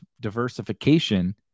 diversification